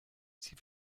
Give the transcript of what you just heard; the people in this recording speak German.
sie